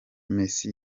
messi